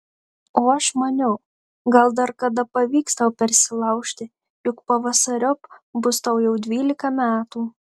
o aš maniau gal dar kada pavyks tau persilaužti juk pavasariop bus tau jau dvylika metų